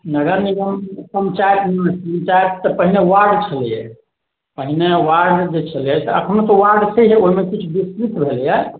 नगर निगम पञ्चायतमे पञ्चायतसँ पहिने वार्ड छलैया पहिने वार्ड जे छलै तऽ एखनो तऽ वार्ड छैहे ओहिमे किछु विस्तृत भेलैया